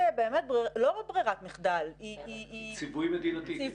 לא רק ברירת מחדל -- היא ציווי מדינתי.